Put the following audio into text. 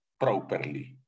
properly